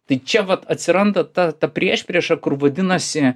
tai čia vat atsiranda ta ta priešprieša kur vadinasi